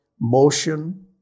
motion